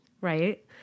right